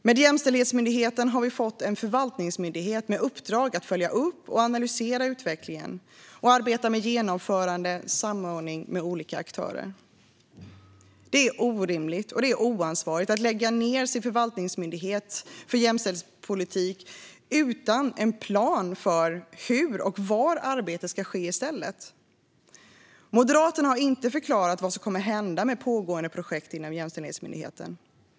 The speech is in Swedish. Med Jämställdhetsmyndigheten har vi fått en förvaltningsmyndighet med uppdrag att följa upp och analysera utvecklingen och att arbeta med genomförande och samordning med olika aktörer. Det är orimligt och oansvarigt att lägga ned sin förvaltningsmyndighet för jämställdhetspolitiken utan att ha en plan för hur och var arbetet ska ske i stället. Moderaterna har inte förklarat vad som kommer att hända med pågående projekt inom Jämställdhetsmyndigheten.